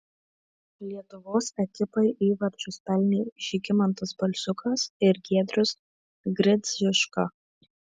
lietuvos ekipai įvarčius pelnė žygimantas balsiukas ir giedrius gridziuška